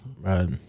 right